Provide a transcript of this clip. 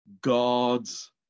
God's